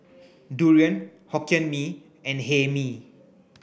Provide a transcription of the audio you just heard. durian Hokkien Mee and Hae Mee